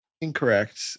Incorrect